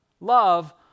Love